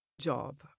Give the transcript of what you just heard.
job